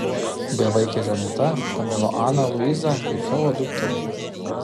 bevaikė žaneta pamilo aną luizą kaip savo dukterį